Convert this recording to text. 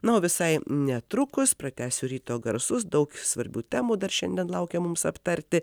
na o visai netrukus pratęsiu ryto garsus daug svarbių temų dar šiandien laukia mums aptarti